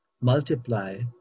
multiply